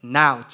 now